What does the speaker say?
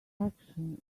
action